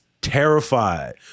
terrified